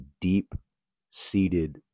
deep-seated